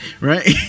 right